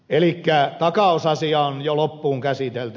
elikkä takausasia on jo loppuun käsitelty